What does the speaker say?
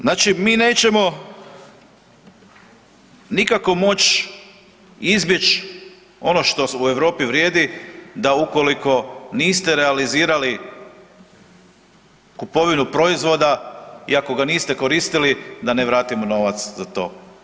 Znači mi nećemo nikako moći izbjeći ono što u Europi vrijedi da ukoliko niste realizirali kupovinu proizvoda i ako ga niste koristili da ne vratimo novac za to.